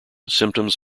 symptoms